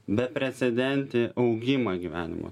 beprecedentį augimą gyvenimo